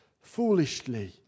foolishly